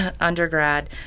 undergrad